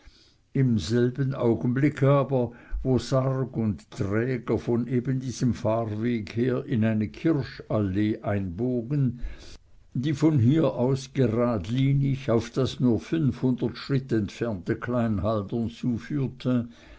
im selben augenblick aber wo sarg und träger von eben diesem fahrweg her in eine kirschallee einbogen die von hier aus gradlinig auf das nur fünfhundert schritt entfernte klein haldern zuführte